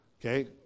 okay